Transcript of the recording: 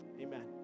amen